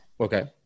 Okay